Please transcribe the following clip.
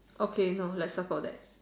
okay no let's not call that